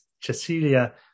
Cecilia